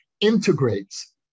integrates